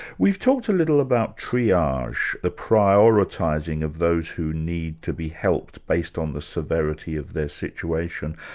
we've talked a little about triage, the prioritising of those who need to be helped, based on the severity of their situation.